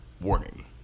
Warning